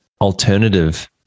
alternative